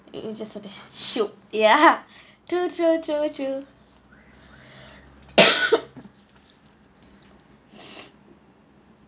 ya true true true true